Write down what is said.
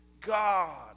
God